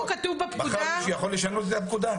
מחר מישהי יכול לשנות את הפקודה.